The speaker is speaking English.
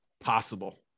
possible